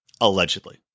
allegedly